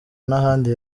n’ahandi